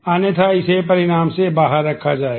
अन्यथा इसे परिणाम से बाहर रखा जाएगा